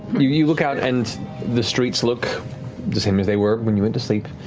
you you look out and the streets look the same as they were when you went to sleep.